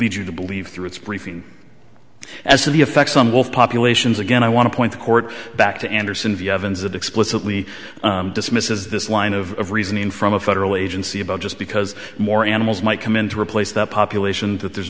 lead you to believe through its briefing as to the effects on wolf populations again i want to point the court back to anderson view evans that explicitly dismisses this line of reasoning from a federal agency about just because more animals might come in to replace that population that there's